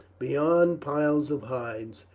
beyond piles of hides,